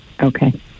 Okay